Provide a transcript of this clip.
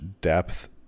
depth